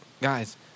Guys